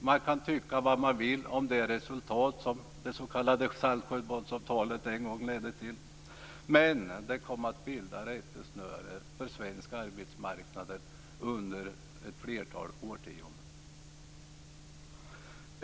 Man kan tycka vad man vill om de resultat som det s.k. Saltsjöbadsavtalet en gång ledde till, men det kom att bilda rättesnöre för svensk arbetsmarknad under ett flertal årtionden.